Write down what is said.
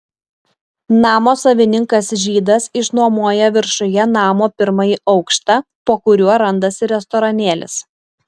namo savininkas žydas išnuomoja viršuje namo pirmąjį aukštą po kuriuo randasi restoranėlis